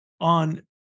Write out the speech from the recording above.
on